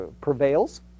prevails